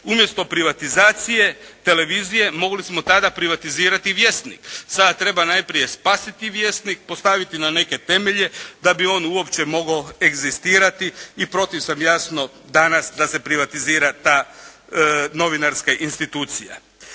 Umjesto privatizacije televizije mogli smo tada privatizirati "Vjesnik". Sada treba najprije spasiti "Vjesnik" postaviti na neke temelje da bi on uopće mogao egzistirati i protiv sam jasno danas da se privatizira ta novinarska institucija.